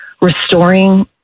restoring